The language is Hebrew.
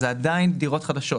אלה עדיין דירות חדשות.